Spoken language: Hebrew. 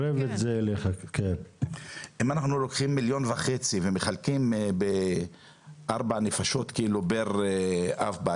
אם אנחנו לוקחים מיליון וחצי ומחלקים בארבע נפשות כאילו פר בית אב,